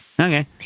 Okay